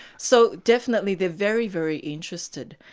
so definitely they're very, very interested,